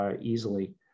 Easily